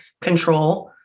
control